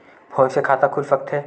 Phone से खाता खुल सकथे?